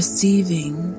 Receiving